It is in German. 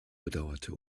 bedauerte